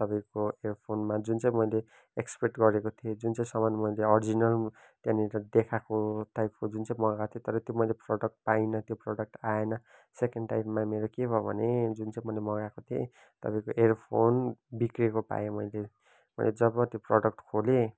तपाईँको एयरफोनमा जुन चाहिँ मैले एक्सपेक्ट गरेको थिएँ जुन चाहिँ सामान मैले अरिजिनल त्यहाँनिर देखाएको टाइपको जुन चाहिँ मगाको थिएँ तर त्यो मैले प्रडक्ट पाइन त्यो प्रडक्ट आएन सेकेन्ड टाइममा मेरो के भयो भने जुन चाहिँ मैले मगाएको थिएँ तर त्यो एयरफोन बिग्रेको पाएँ मैले मैले जब त्यो प्रडक्ट खोलेँ